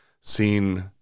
seen